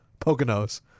Poconos